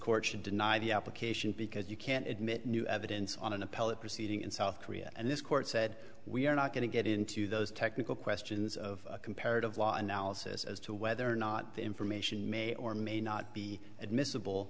court should deny the application because you can't admit new evidence on an appellate proceeding in south korea and this court said we are not going to get into those technical questions of comparative law analysis as to whether or not the information may or may not be admissible